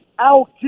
out